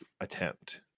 attempt